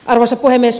arvoisa puhemies